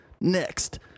Next